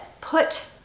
put